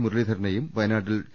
മുരളീധരനെയും വയനാട്ടിൽ ടി